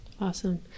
Awesome